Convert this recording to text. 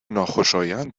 ناخوشایند